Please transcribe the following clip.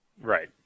Right